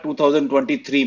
2023